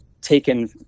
taken